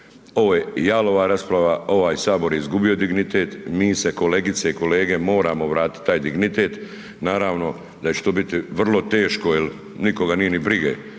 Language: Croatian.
ovo je jalova rasprava, ovaj Sabor je izgubio dignitet. Mi se, kolegice i kolege moramo vratiti taj dignitet. Naravno da će to biti vrlo teško jer nikoga nije ni briga